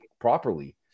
properly